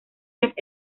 las